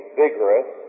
vigorous